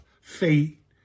fate